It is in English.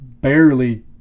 barely